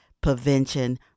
Prevention